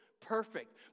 Perfect